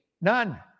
none